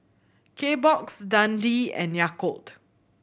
Kbox Dundee and Yakult